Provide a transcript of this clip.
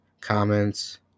comments